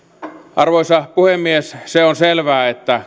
arvoisa puhemies se on selvää että